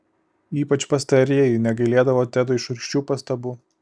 ypač pastarieji negailėdavo tedui šiurkščių pastabų